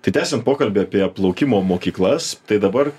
tai tęsiant pokalbį apie plaukimo mokyklas tai dabar